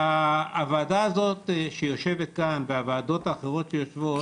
הוועדה הזו שיושבת כאן והוועדות האחרות שיושבות,